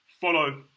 follow